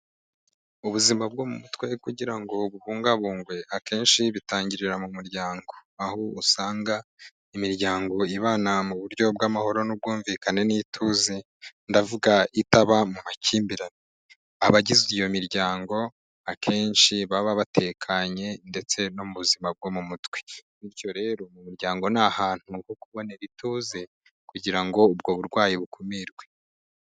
Ubuzima bwo mu mutwe kugira ngo bubungabungwe akenshi bitangirira mu muryango aho usanga imiryango Ibana mu buryo bw'amahoro n'ubwumvikane n'ituze ndavuga itaba mu makimbirane abagize iyo miryango akenshi baba batekanye ndetse no mu buzima bwo mu mutwe bityo rero mu muryango ni ahantu ho kubonera ituze kugira ngo ubwo burwayi bukumirwe.